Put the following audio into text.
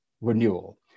renewal